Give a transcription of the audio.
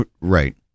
Right